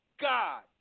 God